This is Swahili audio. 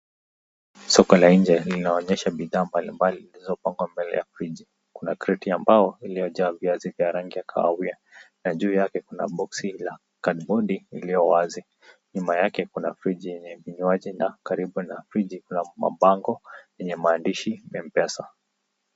Soko la nje laonyesha bidhaa mbali mbali yamepangwa nje. Kuna kikapu ambayo imejaa viazi vya karai na juu yake kuna kikapu lisilo na kitu, kando kuna jokofu ambalo ndani iko na vinywaji na karibu na jokofu kuna maandishi yanayosema mpesa